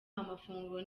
amafunguro